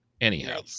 Anyhow